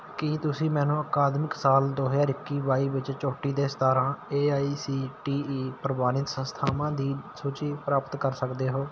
ਕੀ ਤੁਸੀਂ ਮੈਨੂੰ ਅਕਾਦਮਿਕ ਸਾਲ ਦੋ ਹਜ਼ਾਰ ਇੱਕੀ ਬਾਈ ਵਿੱਚ ਚੋਟੀ ਦੇ ਸਤਾਰ੍ਹਾਂ A I C T E ਪ੍ਰਵਾਨਿਤ ਸੰਸਥਾਵਾਂ ਦੀ ਸੂਚੀ ਪ੍ਰਾਪਤ ਕਰ ਸਕਦੇ ਹੋ